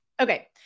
Okay